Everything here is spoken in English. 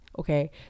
Okay